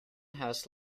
house